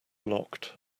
locked